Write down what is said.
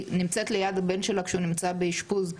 נמצאת ליד הבן שלה כשהוא נמצא באשפוז.